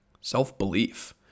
self-belief